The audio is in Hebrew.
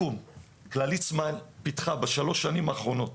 כללית סמייל פיתחה בשלוש שנים האחרונות